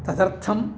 तदर्थम्